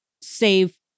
save